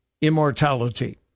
immortality